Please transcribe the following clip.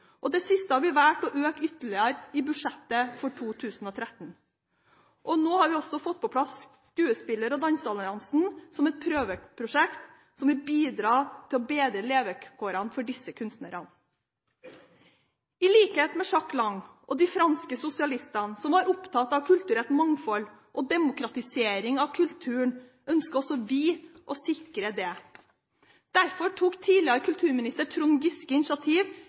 plass. Det siste har vi valgt å øke ytterligere i budsjettet for 2013. Vi har nå også fått på plass Skuespiller- og danseralliansen, som er et prøveprosjekt som vil bidra til å bedre levekårene for disse kunstnerne. I likhet med Jack Lang og de franske sosialistene som var opptatt av kulturelt mangfold og demokratisering av kulturen, ønsker også vi å sikre det. Derfor tok tidligere kulturminister Trond Giske initiativ